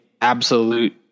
absolute